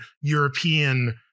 European